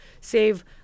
save